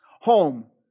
home